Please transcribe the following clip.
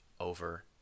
over